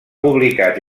publicat